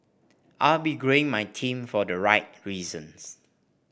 are be growing my team for the right reasons